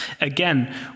Again